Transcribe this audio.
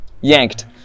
Yanked